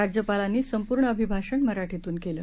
राज्यपालांनी संपूर्ण अभिभाषण मराठीतून केलं